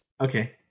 Okay